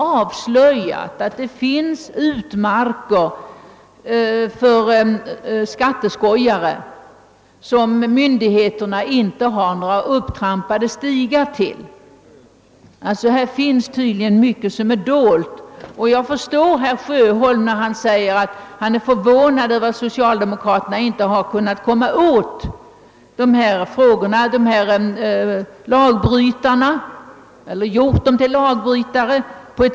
— avslöjat att det finns utmarker för skatteskojare som myndigheterna inte har några upptrampade stigar till. Tydligen finns det på detta område ännu mycket som är dolt. Därför kan jag förstå herr Sjöholms förvåning över att socialdemokraterna inte på ett mera effektivt sätt kan hålla efter dessa lagbrytare.